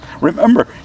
Remember